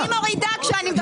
אני מורידה כשאני מדברת איתו.